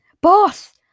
Boss